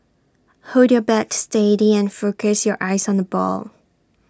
hold your bat steady and focus your eyes on the ball